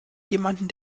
jemanden